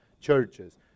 churches